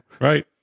Right